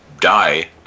die